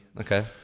Okay